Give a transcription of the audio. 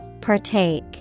partake